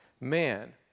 man